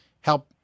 help